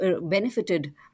benefited